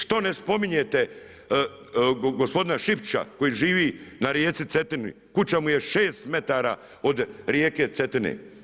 Što ne spominjete gospodina Šipića koji živi na rijeci Cetini, kuća mu je 6 metara od rijeke Cetine.